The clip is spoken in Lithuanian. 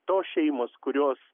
tos šeimos kurios